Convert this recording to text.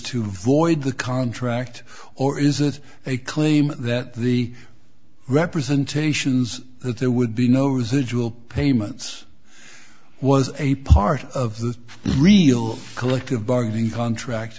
to void the contract or is it a claim that the representations that there would be no residual payments was a part of the real collective bargaining contract